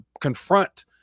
confront